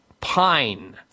pine